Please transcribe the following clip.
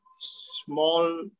small